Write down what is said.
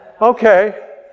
okay